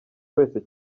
wese